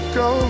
go